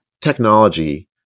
technology